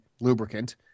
lubricant